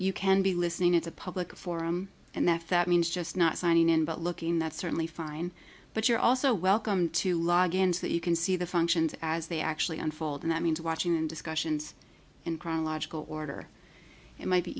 you can be listening it's a public forum and that that means just not signing in but looking that certainly fine but you're also welcome to log ins that you can see the functions as they actually unfold and that means watching and discussions in chronological order it might be